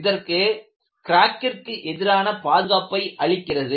இதற்கு கிராக்கிற்கு எதிரான பாதுகாப்பை அளிக்கிறது